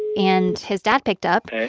and his dad picked up.